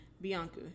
Bianca